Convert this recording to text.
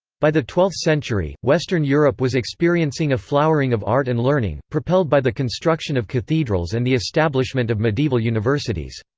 by the twelfth century, western europe was experiencing a flowering of art and learning, propelled by the construction of cathedrals and the establishment of medieval universities.